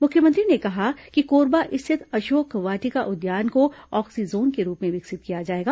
मुख्यमंत्री ने कहा कि कोरबा स्थित अशोक वाटिका उद्यान को ऑक्सीजोन के रूप में विकसित किया जाएगा